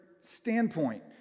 standpoint